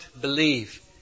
believe